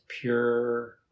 pure